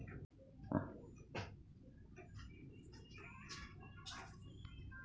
भाडेपट्टा हाई एक व्यवस्था शे